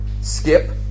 Skip